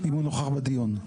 האם הוא נוכח בדיון.